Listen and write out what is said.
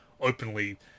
openly